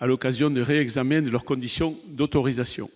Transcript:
à l'occasion de réexamen de leur condition d'autorisation,